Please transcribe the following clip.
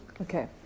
Okay